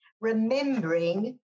remembering